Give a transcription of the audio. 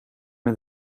met